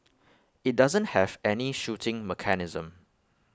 IT doesn't have any shooting mechanism